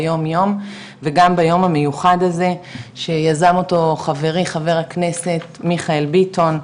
ביום יום וגם ביום המיוחד הזה שיזם אותו חברי חבר הכנסת מיכאל ביטון,